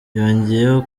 yongeyeho